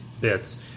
bits